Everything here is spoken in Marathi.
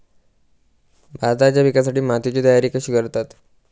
भाताच्या पिकासाठी मातीची तयारी कशी करतत?